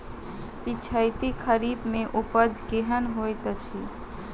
पिछैती खरीफ मे उपज केहन होइत अछि?